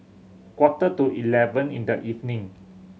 quarter to eleven in the evening